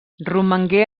romangué